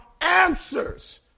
answers